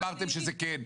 אמרתם שזה כן.